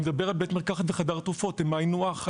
אני מדבר על בית מרקחת וחדר תרופות, הם היינו הך.